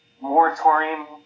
moratorium